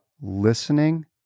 listening